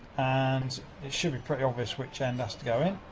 and, it should be pretty obvious which end has to go in.